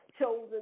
chosen